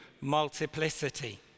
multiplicity